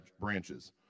branches